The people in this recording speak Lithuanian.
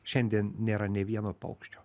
šiandien nėra nei vieno paukščio